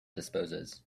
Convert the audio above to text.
disposes